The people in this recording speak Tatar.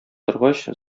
торгач